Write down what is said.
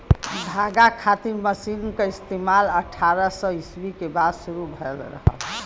धागा खातिर मशीन क इस्तेमाल अट्ठारह सौ ईस्वी के बाद शुरू भयल रहल